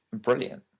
brilliant